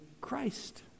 Christ